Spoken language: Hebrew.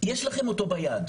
יש לכם אותו ביד,